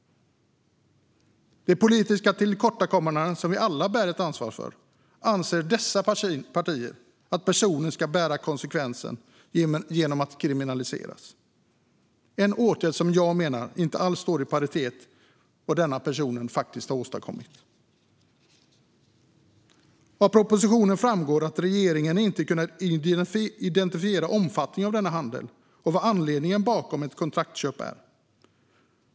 Dessa partier anser att den personen ska kriminaliseras och därigenom ta konsekvenserna av de politiska tillkortakommanden som vi alla bär ett ansvar för. Det är en åtgärd som jag menar inte alls står i proportion till vad denna person faktiskt har gjort. Av propositionen framgår att regeringen inte kunnat identifiera omfattningen av denna handel och vad anledningarna bakom ett kontraktsköp är.